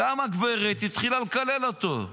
קמה גברת והתחילה לקלל אותו.